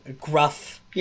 gruff